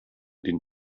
den